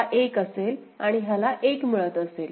हा 1 असेल आणि ह्याला 1 मिळत असेल